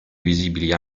visibili